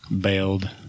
bailed